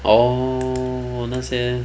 oh 那些